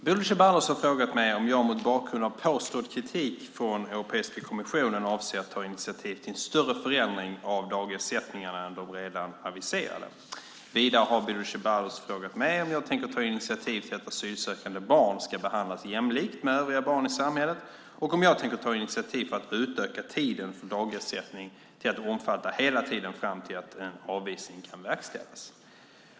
Herr talman! Bodil Ceballos har frågat mig om jag mot bakgrund av påstådd kritik från Europeiska kommissionen avser att ta initiativ till en större förändring av dagersättningarna än de redan aviserade. Vidare har Bodil Ceballos frågat mig om jag tänker ta initiativ till att asylsökande barn ska behandlas jämlikt med övriga barn i samhället och om jag tänker ta initiativ för att utöka tiden för dagersättning till att omfatta hela tiden fram till att en avvisning kan verkställas.